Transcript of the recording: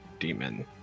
demon